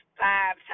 five